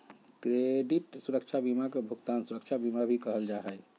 credit सुरक्षा बीमा के भुगतान सुरक्षा बीमा भी कहल जा हई